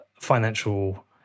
financial